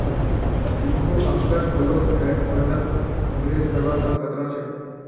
टिंकू अक्सर close end फंडत निवेश करवा स कतरा छेक